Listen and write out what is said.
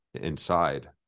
inside